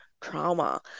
trauma